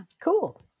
cool